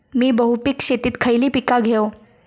मी बहुपिक शेतीत खयली पीका घेव?